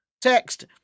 Text